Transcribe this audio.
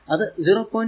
അത് 0